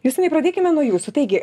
justinai pradėkime nuo jūsų taigi